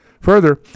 Further